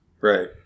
Right